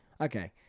Okay